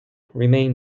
remain